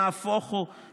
נהפוך הוא,